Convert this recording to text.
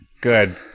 good